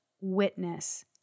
witness